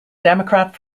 democrat